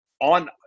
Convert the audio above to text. on